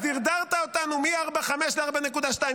אז דרדרת אותנו מ-4.5 ל-4.2,